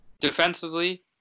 Defensively